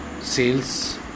sales